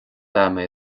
ama